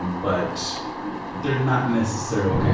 but they're not necessarily,